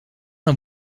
een